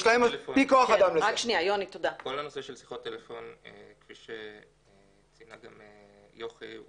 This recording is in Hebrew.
שיחות הטלפון כפי שאמרה יוכי,